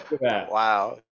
Wow